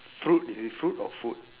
fruit is it fruit or food